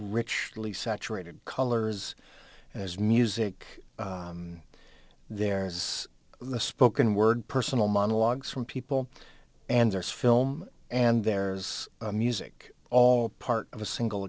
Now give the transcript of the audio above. rich saturated colors as music there is the spoken word personal monologues from people and there's film and there's music all part of a single